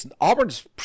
Auburn's